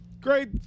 Great